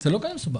זה לא כזה מסובך.